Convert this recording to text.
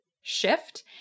shift